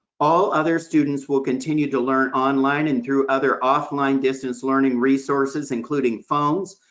all other students will continue to learn online and through other offline, distance learning resources, including phones,